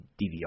DVR